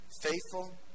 faithful